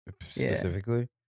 specifically